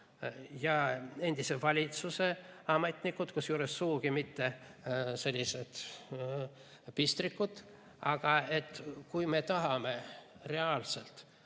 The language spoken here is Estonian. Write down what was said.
ja endise valitsuse ametnikud, kusjuures sugugi mitte mingid pistrikud. Aga kui me tahame reaalselt